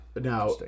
now